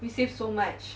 you save so much